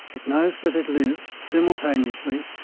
it knows that it lives, simultaneously,